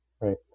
Right